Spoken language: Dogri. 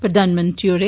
प्रधानमंत्री होरें